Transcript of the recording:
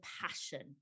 passion